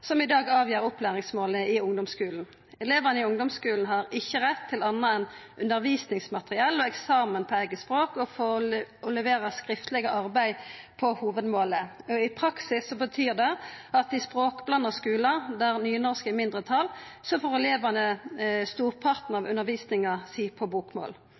i ungdomsskulen har ikkje rett til anna enn undervisningsmateriell og eksamen på eige språk og får levere skriftleg arbeid på hovudmålet. I praksis betyr det at i språkblanda skular der nynorskelevar er i mindretal, får elevane storparten av undervisninga si på bokmål.